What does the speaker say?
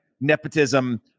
nepotism